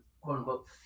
quote-unquote